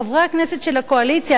חברי הכנסת של הקואליציה,